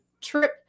trip